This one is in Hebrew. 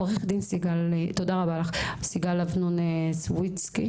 עו"ד סיגל אבנון סוויצקי,